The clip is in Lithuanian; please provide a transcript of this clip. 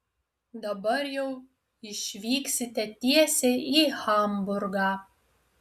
dabar jau išvyksite tiesiai į hamburgą